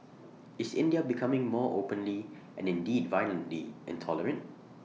is India becoming more openly and indeed violently intolerant